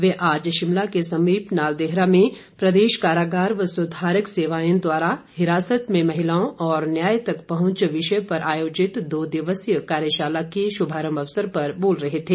वे आज शिमला के समीप नालदेहरा में प्रदेश कारागार व सुधारक सेवाएं द्वारा हिरासत में महिलाओं और न्याय तक पहुंच विषय पर आयोजित दो दिवसीय कार्यशाला के शुभारंभ अवसर पर बोल रहे थे